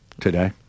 today